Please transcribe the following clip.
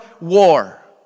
war